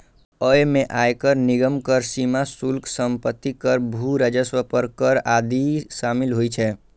अय मे आयकर, निगम कर, सीमा शुल्क, संपत्ति कर, भू राजस्व पर कर आदि शामिल होइ छै